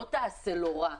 לא תעשה לו רע.